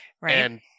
right